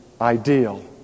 ideal